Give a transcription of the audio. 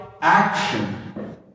action